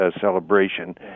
celebration